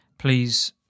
Please